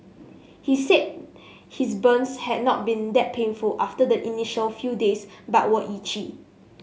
he said his burns had not been that painful after the initial few days but were itchy